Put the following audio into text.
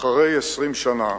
אחרי 20 שנה.